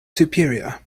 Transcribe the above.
superior